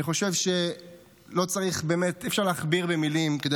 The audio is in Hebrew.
אני חושב שאי-אפשר להכביר במילים כדי